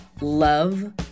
love